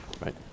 right